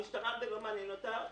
זה לא מעניין את המשטרה.